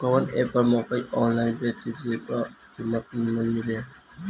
कवन एप पर मकई आनलाइन बेची जे पर कीमत नीमन मिले?